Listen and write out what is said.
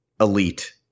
elite